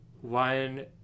One